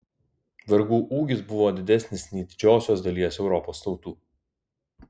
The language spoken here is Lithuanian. vergų ūgis buvo didesnis nei didžiosios dalies europos tautų